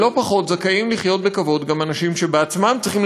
ולא פחות זכאים לחיות בכבוד גם אנשים שבעצמם צריכים